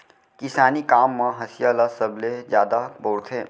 किसानी काम म हँसिया ल सबले जादा बउरथे